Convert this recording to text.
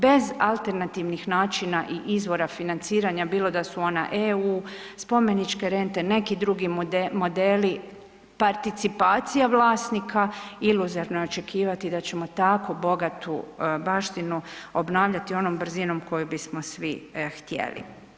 Bez alternativnih načina i izvora financiranja, bilo da su ona EU, spomeničke rente, neki drugi modeli, participacija vlasnika, iluzorno je očekivati da ćemo tako bogatu baštinu obnavljati onom brzinom koju bismo svi htjeli.